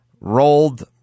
rolled